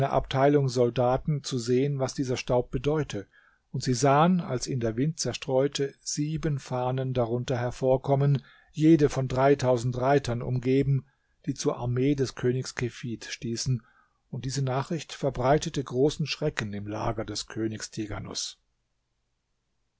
abteilung soldaten zu sehen was dieser staub bedeute und sie sahen als ihn der wind zerstreute sieben fahnen darunter hervorkommen jede von dreitausend reitern umgeben die zur armee des königs kefid stießen und diese nachricht verbreitete großen schrecken im lager des königs